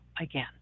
again